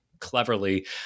cleverly